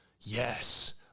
yes